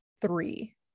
three